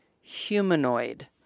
humanoid